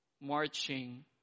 marching